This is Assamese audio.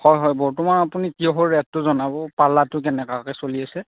হয় হয় বৰ্তমান আপুনি তিয়ঁহৰ ৰেটটো জনাব পাল্লাটো কেনেকুৱাকৈ চলি আছে